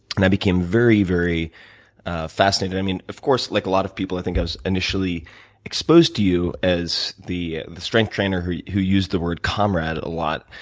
and i became very very fascinated. i mean, of course, like a lot of people, i think i was initially exposed to you as the the strength trainer who who used the word comrade a lot,